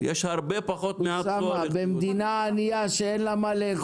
אבל מאחר שיש לי את ההיסטוריה שלה אז אני יודעת